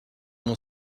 mon